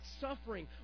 suffering